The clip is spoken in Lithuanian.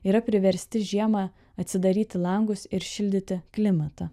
yra priversti žiemą atsidaryti langus ir šildyti klimatą